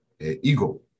eagle